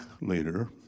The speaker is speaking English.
later